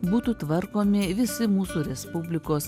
būtų tvarkomi visi mūsų respublikos